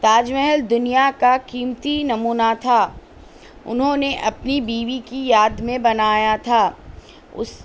تاج محل دنیا کا قیمتی نمونہ تھا انہوں نے اپنی بیوی کی یاد میں بنایا تھا اس